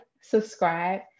subscribe